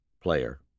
player